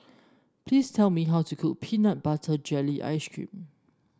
please tell me how to cook Peanut Butter Jelly Ice cream